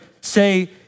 say